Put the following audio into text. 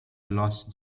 lost